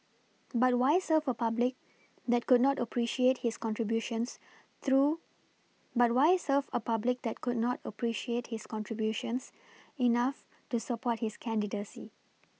but why serve a public that could not appreciate his contributions through but why serve a public that could not appreciate his contributions enough to support his candidacy